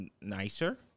nicer